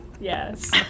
yes